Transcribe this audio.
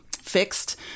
fixed